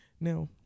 Now